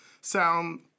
sound